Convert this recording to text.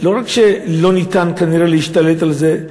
לא רק שלא ניתן כנראה להשתלט על זה,